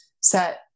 set